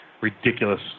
ridiculous